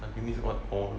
it means what all